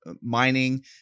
mining